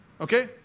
Okay